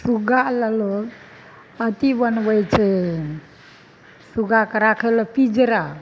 सुग्गा लय लोग अथी बनबै छै सुग्गाके राखय लए पिजरा